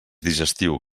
digestiu